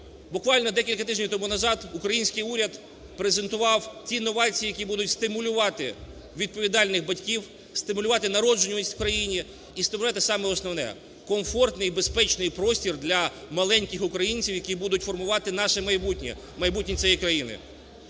Буквально декілька тижнів тому назад український уряд презентував ті новації, які будуть стимулювати відповідальних батьків, стимулювати народжуваність в країні і стимулювати саме основне, комфортний і безпечний простір для маленьких українців, які будуть формувати наше майбутнє, майбутнє цієї країни.